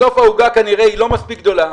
בסוף, העוגה כנראה לא מספיק גדולה,